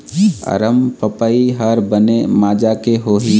अरमपपई हर बने माजा के होही?